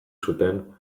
zuten